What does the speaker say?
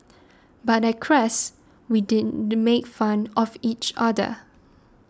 but at Crest we didn't make fun of each other